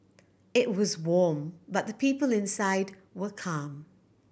it was warm but the people inside were calm